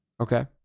Okay